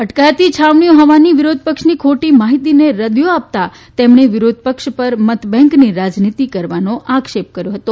અટકાયતી છાવણીઓ હોવાની વિરોધપક્ષની ખોટી માહિતીને રદિયો આપતા તેમણે વિરોધપક્ષ પર મતબેંકની રાજનીતી કરવાનો આક્ષેપ કર્યો છે